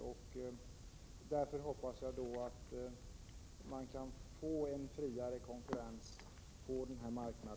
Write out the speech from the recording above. Jag hoppas därför att man kan få till stånd en friare konkurrens på denna marknad.